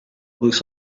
looks